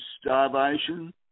starvation